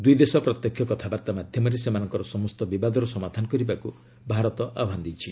ଦୁଇ ଦେଶ ପ୍ରତ୍ୟକ୍ଷ କଥାବାର୍ତ୍ତା ମାଧ୍ୟମରେ ସେମାନଙ୍କର ସମସ୍ତ ବିବାଦର ସମାଧାନ କରିବାକୁ ଭାରତ ଆହ୍ୱାନ ଦେଇଛି